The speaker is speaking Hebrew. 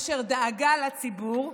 אשר דאגה לציבור,